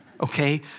Okay